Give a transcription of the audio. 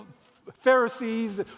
Pharisees